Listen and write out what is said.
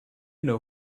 know